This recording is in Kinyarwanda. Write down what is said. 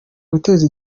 guteza